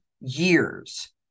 years